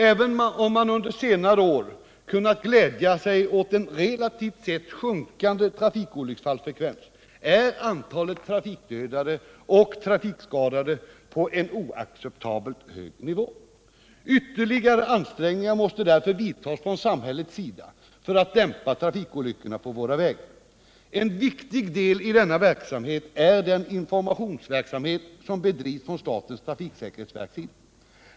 Även om man på senare tid kunnat glädja sig åt en relativt sett sjunkande trafikolycksfallsfrekvens är antalet trafikdödade och trafikskadade på en oacceptabelt hög nivå. Ytterligare ansträngningar måste därför göras från samhällets sida för att dämpa trafikolyckorna på våra vägar. En viktig del i detta arbete är den informationsverksamhet som bedrivs av statens trafiksäkerhetsverk.